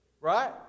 Right